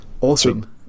Awesome